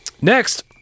Next